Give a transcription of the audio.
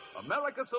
America